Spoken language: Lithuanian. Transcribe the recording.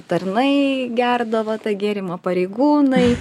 tarnai gerdavo tą gėrimą pareigūnai